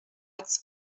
its